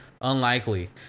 unlikely